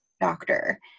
doctor